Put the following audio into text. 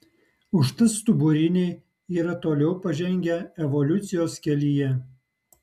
užtat stuburiniai yra toliau pažengę evoliucijos kelyje